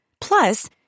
Plus